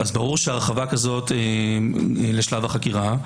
ברור שהרחבה כזו לשלב החקירה,